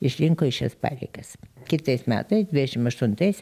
išrinko į šias pareigas kitais metais dvidešim aštuntais